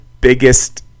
biggest